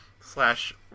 slash